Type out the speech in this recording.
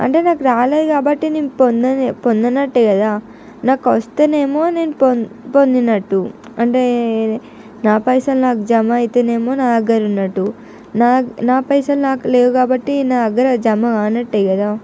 అంటే నాకు రాలేదు కాబట్టి నేను పొంద పొందనట్టే కదా నాకు వస్తేనేమో నేను పొందినట్టు అంటే నా పైసలు నాకు జమ అయితనేమో నా దగ్గర ఉన్నట్టు నా నా పైసలు నాకు లేవు కాబట్టి నా దగ్గర జమ కానట్టే కదా